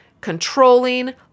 controlling